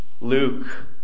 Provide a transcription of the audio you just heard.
Luke